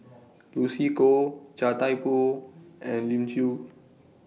Lucy Koh Chia Thye Poh and Elim Chew